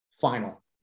final